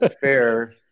fair